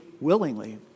willingly